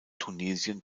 tunesien